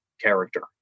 character